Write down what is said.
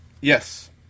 Yes